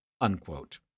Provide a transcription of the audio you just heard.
unquote